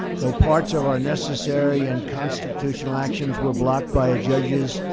though parts of our necessary and constitutional actions were blocked by a judge's,